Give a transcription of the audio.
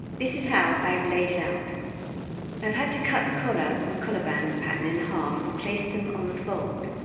this is how i have laid it out i have had to cut the collar and collar band pattern in half and placed them on the fold